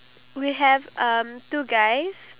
if I were to look it at a whole